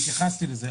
התייחסתי לזה,